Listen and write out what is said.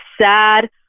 sad